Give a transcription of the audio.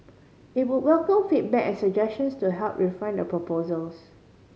it would welcome feedback and suggestions to help refine the proposals